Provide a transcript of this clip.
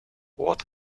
what